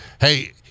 Hey